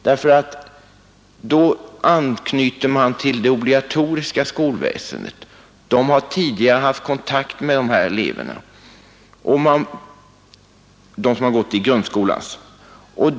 Då anknyter man till det obligatoriska skolväsendet, som tidigare i grundskolan har haft kontakt med dessa elever.